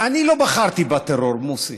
אני לא בחרתי בטרור, מוסי.